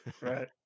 right